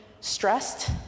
stressed